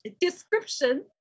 description